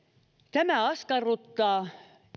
tämä askarruttaa